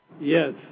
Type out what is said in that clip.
Yes